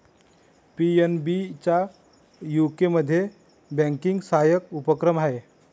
PNB चा यूकेमध्ये banking सहाय्यक उपक्रम आहे